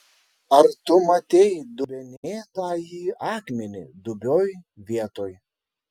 ar tu matei dubenėtąjį akmenį dubioj vietoj